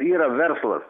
yra verslas